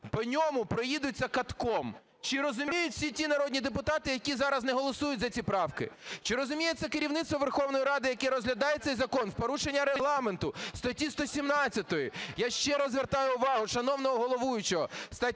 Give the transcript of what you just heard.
по ньому проїдуться катком. Чи розуміють всі ті народні депутати, які зараз не голосують за ці правки? Чи розуміє це керівництво Верховної Ради, яке розглядає цей закон в порушення Регламенту статті 117? Я ще раз звертаю увагу шановного головуючого, стаття